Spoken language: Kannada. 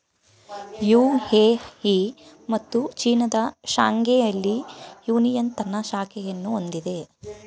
ಯು.ಎ.ಇ ಮತ್ತು ಚೀನಾದ ಶಾಂಘೈನಲ್ಲಿ ಯೂನಿಯನ್ ತನ್ನ ಶಾಖೆಯನ್ನು ಹೊಂದಿದೆ